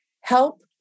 help